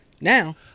now